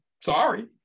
sorry